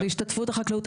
בהשתתפות החקלאות.